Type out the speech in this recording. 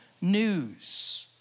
news